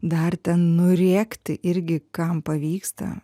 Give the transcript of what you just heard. dar ten nu rėkti irgi kam pavyksta